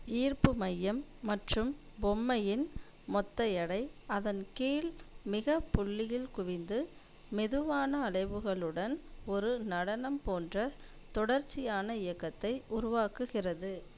ஈர்ப்பு மையம் மற்றும் பொம்மையின் மொத்த எடை அதன் கீழ் மிக புள்ளியில் குவிந்து மெதுவான அலைவுகளுடன் ஒரு நடனம் போன்ற தொடர்ச்சியான இயக்கத்தை உருவாக்குகிறது